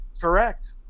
Correct